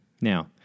Now